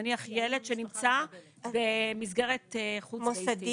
נניח שנמצא במסגרת חוץ ביתית.